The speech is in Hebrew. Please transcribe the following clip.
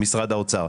ממשרד האוצר.